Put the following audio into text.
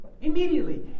Immediately